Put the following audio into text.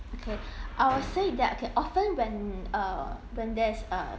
okay I would say there can often when uh when there's uh